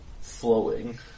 flowing